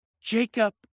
Jacob